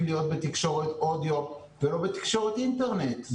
להיות בתקשורת אודיו ולא בתקשורת אינטרנט.